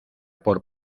por